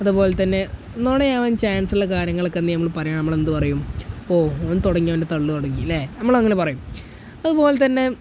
അതുപോലെ തന്നെ നുണയാകാൻ ചാൻസുള്ള കാര്യങ്ങളൊക്കെ എന്തെങ്കിലും നമ്മള് പറയുകയാണെന്നുണ്ടെങ്കില് നമ്മളെന്ത് പറയും ഓ അവന് തുടങ്ങി അവൻ്റെ തള്ളു തുടങ്ങി ഇല്ലേ നമ്മള് അങ്ങനെ പറയും അതുപോലെ തന്നെ